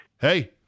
hey